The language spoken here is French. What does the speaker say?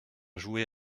jouer